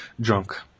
drunk